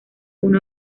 uno